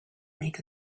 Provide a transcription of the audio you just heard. make